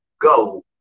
go